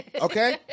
Okay